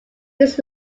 his